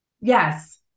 yes